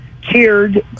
cheered